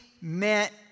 meant